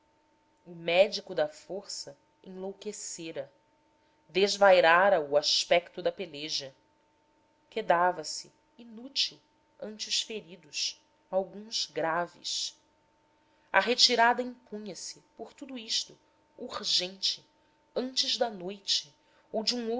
o médico da força enlouquecera desvairara o o aspecto da peleja quedava se inútil ante os feridos alguns graves a retirada impunha se por tudo isto urgente antes da noite ou de um